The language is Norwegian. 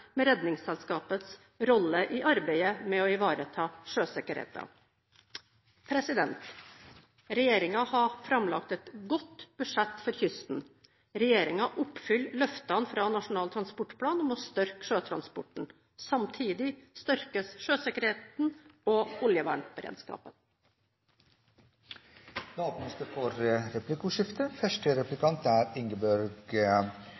med Redningsselskapets rolle i arbeidet med å ivareta sjøsikkerheten. Regjeringen har framlagt et godt budsjett for kysten. Regjeringen oppfyller løftene fra Nasjonal transportplan om å styrke sjøtransporten – samtidig styrkes sjøsikkerheten og oljevernberedskapen. Det blir replikkordskifte.